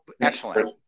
excellent